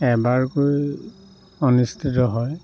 এবাৰকৈ অনুষ্ঠিত হয়